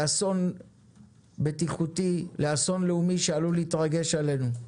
לאסון בטיחותי, לאסון לאומי שעלול להתרגש עלינו,